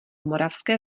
moravské